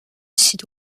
sud